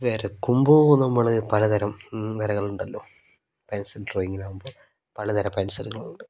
വരക്കുമ്പോൾ നമ്മൾ പലതരം വരകളുണ്ടല്ലോ പെൻസിൽ ഡ്രോയിങ്ങിലാകുമ്പോൾ പലതരം പെൻസിലുകളുണ്ട്